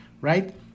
Right